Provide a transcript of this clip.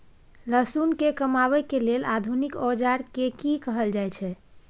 लहसुन के कमाबै के लेल आधुनिक औजार के कि कहल जाय छै?